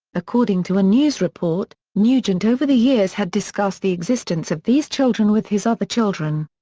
according to a news report, nugent over the years had discussed the existence of these children with his other children.